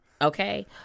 Okay